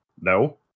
No